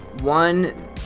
one